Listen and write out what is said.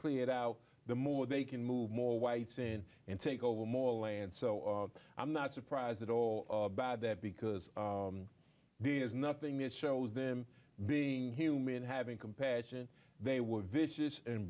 cleared out the more they can move more whites in and take over more land so i'm not surprised at all about that because there's nothing that shows them being human having compassion they were vicious and